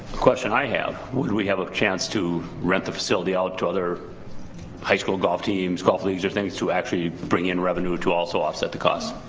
the question i have, would we have a chance to rent the facility out to other high school golf teams, golf leagues or things to actually bring in revenue to also offset the cost?